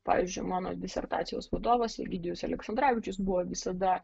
pavyzdžiui mano disertacijos vadovas egidijus aleksandravičius buvo visada